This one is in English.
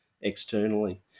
externally